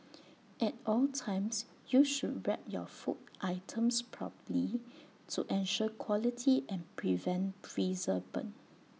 at all times you should wrap your food items properly to ensure quality and prevent freezer burn